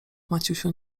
maciusiu